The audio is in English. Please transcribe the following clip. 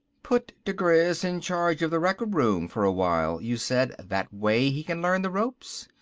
put digriz in charge of the record room for a while, you said, that way he can learn the ropes.